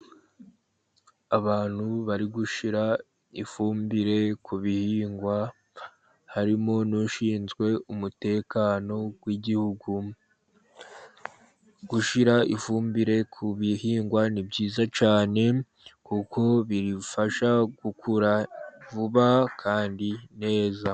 Abantu bari gushyira ifumbire ku bihingwa, harimo n'ushinzwe umutekano w'igihugu. Gushyira ifumbire ku bihingwa ni byiza cyane, kuko bibifasha gukura vuba kandi neza.